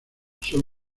son